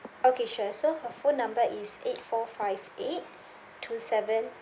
okay sure so her phone number is eight four five eight two seven